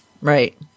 Right